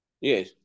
Yes